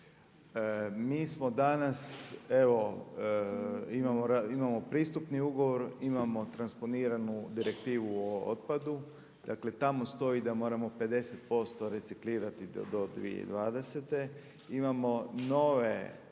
Mi smo danas evo, imamo pristupni ugovor, imamo transponiranu direktivu o otpadu, dakle tamo stoji da moramo 50% reciklirati do 2020. Imamo nove